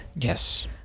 yes